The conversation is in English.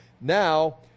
Now